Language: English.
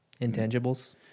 Intangibles